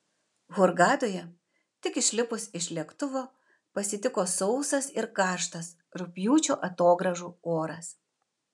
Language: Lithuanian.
hurgadoje tik išlipus iš lėktuvo pasitiko sausas ir karštas rugpjūčio atogrąžų oras